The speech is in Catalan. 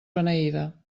beneïda